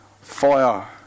fire